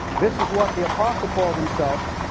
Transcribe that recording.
this is what the apostle paul himself